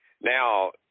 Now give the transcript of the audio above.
Now